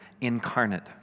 incarnate